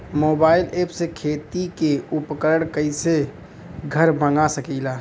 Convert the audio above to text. Mobile ऐपसे खेती के उपकरण कइसे घर मगा सकीला?